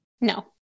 No